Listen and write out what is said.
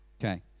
Okay